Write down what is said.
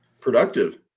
Productive